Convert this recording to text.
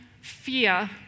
fear